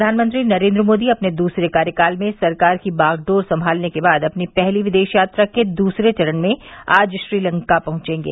प्रधानमंत्री नरेन्द्र मोदी अपने दूसरे कार्यकाल में सरकार की बागडोर संभालने के बाद अपनी पहली विदेश यात्रा के दूसरे चरण में आज श्रीलंका पहुंचेंगे